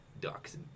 ducks